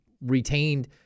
retained